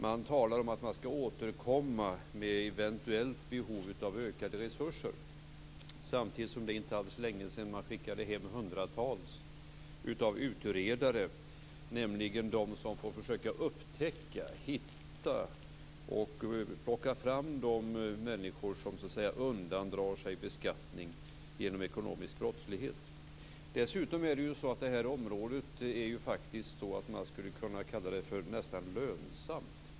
Man talar om att man ska återkomma vid eventuellt behov av ökade resurser, samtidigt som det inte alls är länge sedan man skickade hem hundratals utredare, nämligen de som försöker upptäcka, hitta och plocka fram de människor som undandrar sig beskattning genom ekonomisk brottslighet. Dessutom skulle man ju faktiskt nästan kunna kalla det här området lönsamt.